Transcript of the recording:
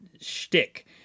shtick